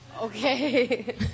Okay